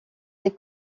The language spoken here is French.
des